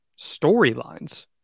storylines